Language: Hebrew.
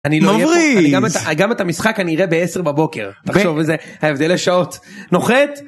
אני גם את המשחק אני אראה ב10 בבוקר תחשוב איזה ההבדלי שעות, נוחת.